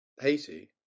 Haiti